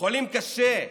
חולים קשה?